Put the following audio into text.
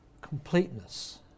completeness